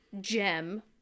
gem